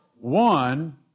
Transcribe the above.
one